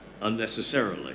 unnecessarily